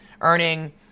earning